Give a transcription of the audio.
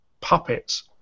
puppets